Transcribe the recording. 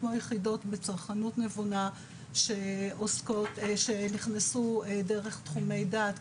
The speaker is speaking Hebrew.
כמו יחידות בצרכנות נבונה שנכנסו דרך תחומי דעת,